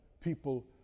people